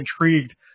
intrigued